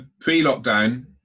pre-lockdown